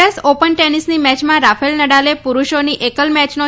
US Open ટેનિસની મેચમાં Rafael નડાલે પુરૂષોની એકલ મેચનો